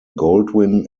goldwyn